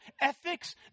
ethics